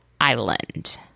island